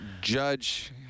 judge